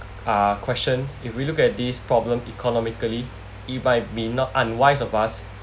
uh question if we look at these problem economically it might be not unwise of us